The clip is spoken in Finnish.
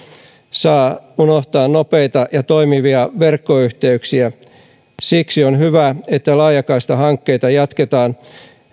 saa unohtaa nopeita ja toimivia verkkoyhteyksiä siksi on hyvä että laajakaistahankkeita jatketaan